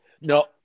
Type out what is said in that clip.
No